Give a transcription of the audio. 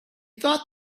thought